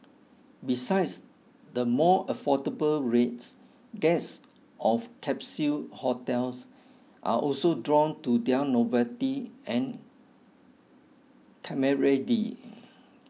besides the more affordable rates guests of capsule hotels are also drawn to their novelty and